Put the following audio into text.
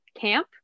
camp